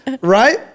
right